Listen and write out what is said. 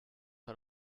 how